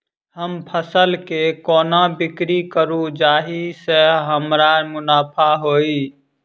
हम फसल केँ कोना बिक्री करू जाहि सँ हमरा मुनाफा होइ?